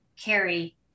carry